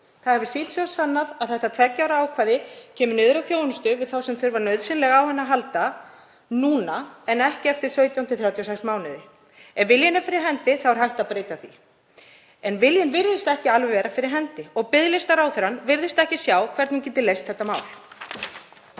Það hefur sýnt sig og sannað að þetta tveggja ára ákvæði kemur niður á þjónustu við þá sem þurfa nauðsynlega á henni að halda núna en ekki eftir 17–36 mánuði. Ef viljinn er fyrir hendi er hægt að breyta því. En viljinn virðist ekki alveg vera fyrir hendi og biðlistaráðherrann virðist ekki sjá hvernig hún geti leyst þetta mál.